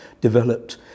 developed